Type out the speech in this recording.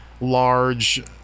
large